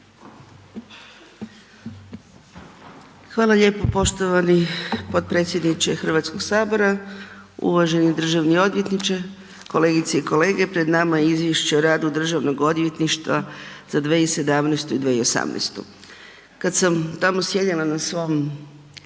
Hvala lijepo poštovani potpredsjedniče Hrvatskog sabora, uvaženi državni odvjetniče, kolegice i kolege, pred nama je Izvješće o radu Državnog odvjetništva za 2017. i 2018. Kad sam tamo sjedila na svom